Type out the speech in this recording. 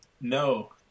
No